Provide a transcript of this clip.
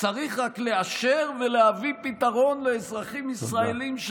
"צריך רק לאשר ולהביא פתרון לאזרחים ישראלים,